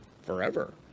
forever